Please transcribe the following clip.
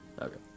Okay